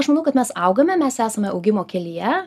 aš manau kad mes augame mes esame augimo kelyje